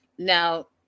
Now